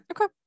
okay